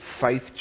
faith